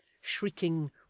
shrieking